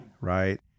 right